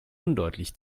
undeutlich